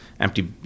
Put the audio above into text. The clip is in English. empty